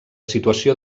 situació